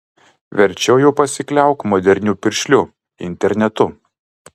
verčiau jau pasikliauk moderniu piršliu internetu